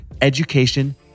education